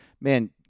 man